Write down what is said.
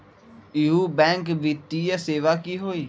इहु बैंक वित्तीय सेवा की होई?